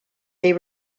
they